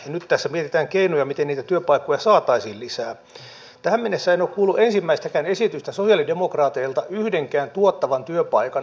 en tiedä oliko edustaja saarikko sosiaali ja terveysvaliokunnan kokouksessa kun meille esiteltiin sitä oletettavaa omaishoidon lainsäädäntöä joka tulee eduskuntaan